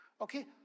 Okay